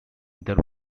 there